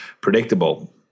predictable